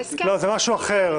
זה משהו אחר.